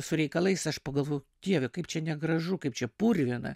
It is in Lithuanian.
su reikalais aš pagalvojau dieve kaip čia negražu kaip čia purvina